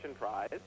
prize